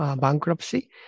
bankruptcy